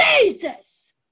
Jesus